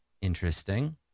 interesting